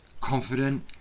Confident